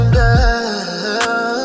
girl